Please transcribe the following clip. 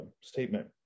statement